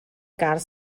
gael